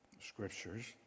Scriptures